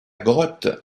grotte